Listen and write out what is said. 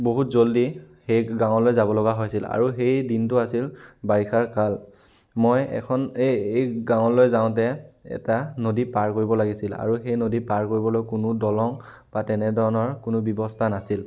বহুত জলদি সেই গাঁৱলৈ যাব লগা হৈছিল আৰু সেইদিনটো আছিল বাৰিষাৰ কাল মই এখন এই এই গাঁৱলৈ যাওঁতে এটা নদী পাৰ কৰিব লাগিছিল আৰু সেই নদী পাৰ কৰিবলৈ কোনো দলং বা তেনেধৰণৰ কোনো ব্যৱস্থা নাছিল